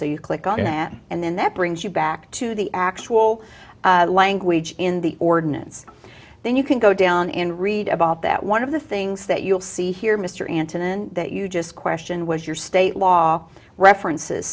so you click on that and then that brings you back to the actual language in the ordinance then you can go down and read about that one of the things that you'll see here mr antonin that you just question was your state law references